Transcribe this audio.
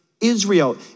Israel